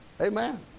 Amen